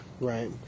Right